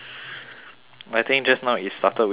I think just now it started with full volume